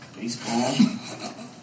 Baseball